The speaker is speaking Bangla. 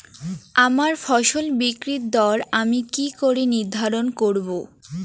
আমার ফসল বিক্রির দর আমি কি করে নির্ধারন করব?